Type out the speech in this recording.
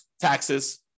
taxes